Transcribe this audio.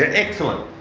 ah excellent.